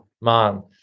man